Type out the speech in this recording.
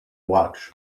watch